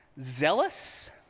zealous